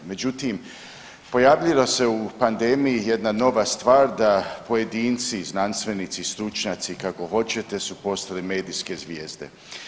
Međutim, pojavilo se u pandemiji jedna nova stvar da pojedini i znanstvenici i stručnjaci kako hoćete su postali medijske zvijezde.